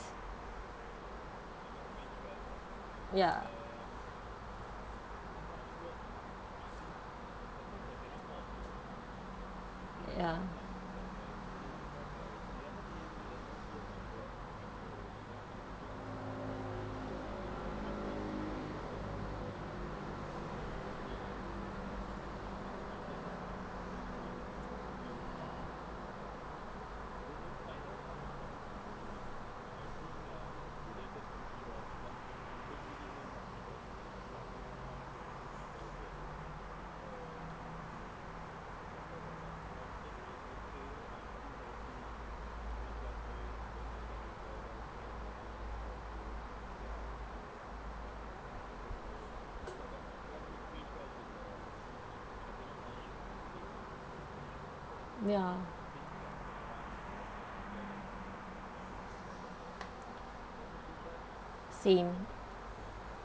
ya ya ya same